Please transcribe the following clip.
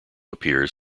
appears